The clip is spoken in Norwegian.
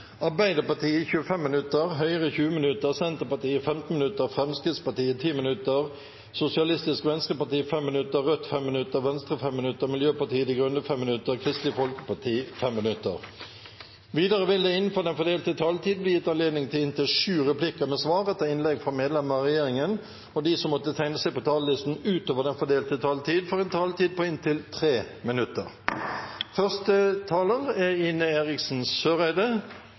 Arbeiderpartiet 25 minutter, Høyre 20 minutter, Senterpartiet 15 minutter, Fremskrittspartiet 10 minutter, Sosialistisk Venstreparti 5 minutter, Rødt 5 minutter, Venstre 5 minutter, Miljøpartiet De Grønne 5 minutter og Kristelig Folkeparti 5 minutter. Videre vil det – innenfor den fordelte taletid – bli gitt anledning til inntil sju replikker med svar etter innlegg fra medlemmer av regjeringen, og de som måtte tegne seg på talerlisten utover den fordelte taletid, får en taletid på inntil 3 minutter.